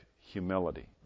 humility